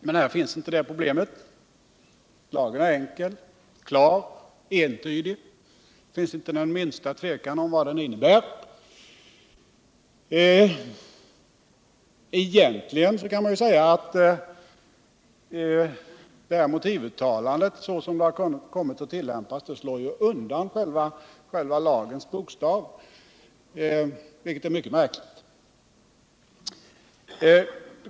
Men här finns inte de problemen - lagen är enkel, klar och entydig. Det finns inte den minsta tvekan om vad den innebär, Egentligen kan man säga att motivuttalandet, såsom det har kommit att tillämpas, slår undan själva lagens bokstav — vilket är mycket märkligt.